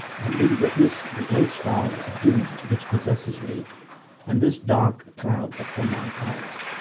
and be witness the ill-starred doom which possesses me and this dark cloud upon my eyes,